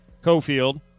Cofield